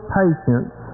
patience